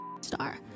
star